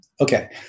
Okay